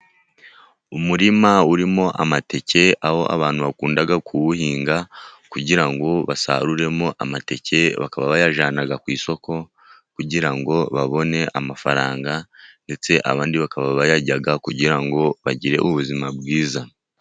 Umurima urimo amateke, aho abantu bakunda kuwuhinga kugira ngo basaruremo amateke. Bakaba bayajyana ku isoko kugira ngo babone amafaranga, ndetse abandi bakaba bayarya kugira ngo bagire ubuzima bwiza.